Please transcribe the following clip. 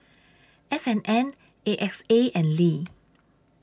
F and N A X A and Lee